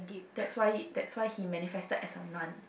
that's why that's why he manifested as a nun